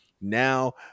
Now